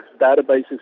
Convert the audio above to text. databases